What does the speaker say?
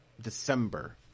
December